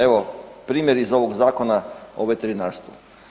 Evo, primjer iz ovog Zakona o veterinarstvu.